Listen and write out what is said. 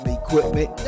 equipment